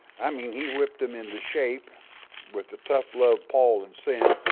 i mean, he whipped him into shape with the tough love paul in sin,